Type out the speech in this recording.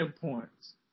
points